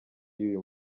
y’uyu